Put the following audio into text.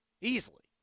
Easily